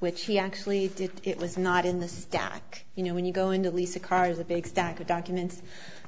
which he actually did it was not in the stack you know when you go into a lease a car is a big stack of documents